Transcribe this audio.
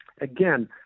Again